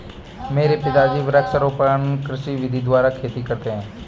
मेरे पिताजी वृक्षारोपण कृषि विधि द्वारा खेती करते हैं